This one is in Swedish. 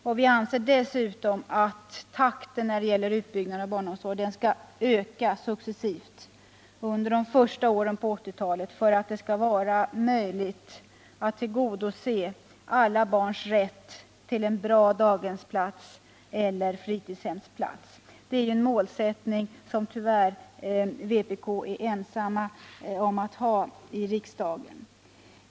Dessutom anser vi att takten när det gäller utbyggnaden om barnomsorgen måste ökas successivt under 1980-talets första år för att man skall kunna tillgodose alla barns rätt till en bra daghemseller fritidshemsplats. Det är en målsättning som vpk tyvärr är ensamt om i riksdagen.